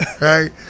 right